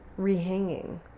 rehanging